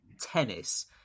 tennis